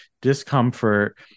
discomfort